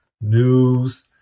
News